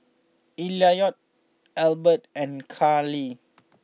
Elliot Ebert and Carlie